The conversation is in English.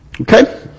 Okay